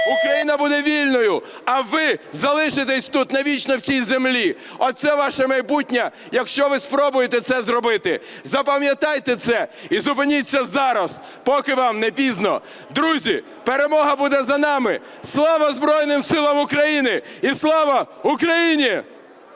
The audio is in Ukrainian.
Україна буде вільною, а ви залишитесь тут навічно в цій землі. Оце ваше майбутнє, якщо ви спробуєте це зробити. Запам'ятайте це і зупиніться зараз, поки вам не пізно. Друзі, перемога буде за нами! Слава Збройним Силам України! І слава Україні!